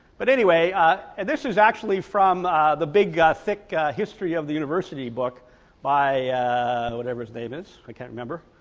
but anyway ah and this is actually from the big ah thick history of the university book by whatever his name is i can't remember,